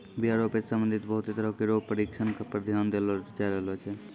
बीया रोपै सें संबंधित बहुते तरह केरो परशिक्षण पर ध्यान देलो जाय रहलो छै